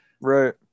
Right